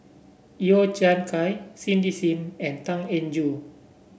Yeo Chai Kian Cindy Sim and Tan Eng Joo